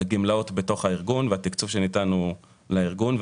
הגמלאות בתוך הארגון והתקצוב שניתן הוא לארגון.